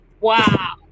Wow